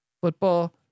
Football